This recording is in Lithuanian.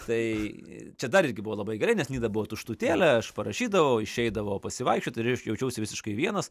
tai čia dar irgi buvo labai gerai nes nida buvo tuštutėlė aš parašydavau išeidavau pasivaikščioti ir aš jaučiausi visiškai vienas